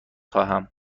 خواهم